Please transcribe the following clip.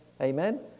Amen